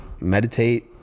meditate